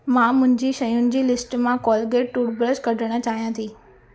मां मुंहिंजी शयुनि जी लिस्ट मां कोलगेट टूथब्रश कढण चाहियां थी